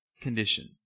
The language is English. condition